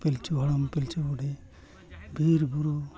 ᱯᱤᱞᱪᱩ ᱦᱟᱲᱟᱢ ᱯᱤᱞᱪᱩ ᱵᱩᱰᱦᱤ ᱵᱤᱨᱼᱵᱩᱨᱩ